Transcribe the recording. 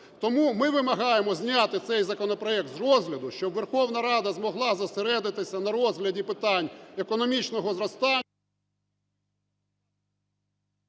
Тому ми вимагаємо зняти цей законопроект з розгляду, щоб Верховна Рада змогла зосередитися на розгляді питань економічного зростання...